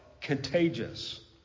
contagious